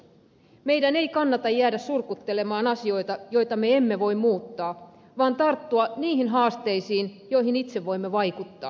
meidän ei kannata jäädä surkuttelemaan asioita joita me emme voi muuttaa vaan tarttua niihin haasteisiin joihin itse voimme vaikuttaa